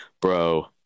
bro